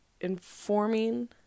informing